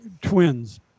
twins